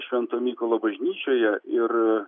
švento mykolo bažnyčioje ir